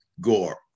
gore